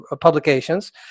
publications